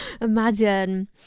Imagine